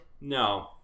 No